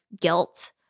guilt